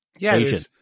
Asian